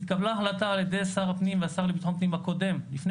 התקבלה החלטה על ידי שר הפנים והשר לביטחון הפנים הקודמים לפני